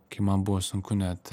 kai man buvo sunku net